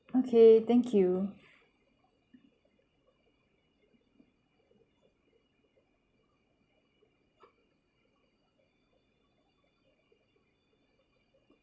okay thank you